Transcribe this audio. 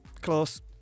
Close